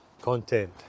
Content